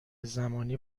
زمانی